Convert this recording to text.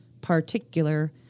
particular